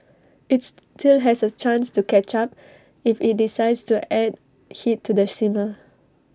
IT still has A chance to catch up if IT decides to add heat to the simmer